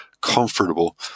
comfortable